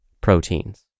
proteins